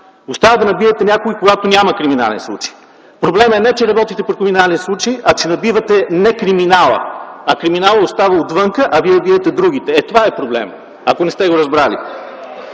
Остава да набиете някой и когато няма криминален случай!? Проблемът е, не че работите по криминален случай, а че набивате некриминала. Криминалът остава отвън, а вие биете другите. Това е проблемът, ако не сте го разбрали.